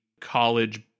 college